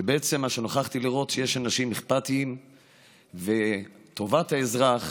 ובעצם נוכחתי לראות שיש אנשים אכפתיים שטובת האזרח